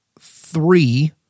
three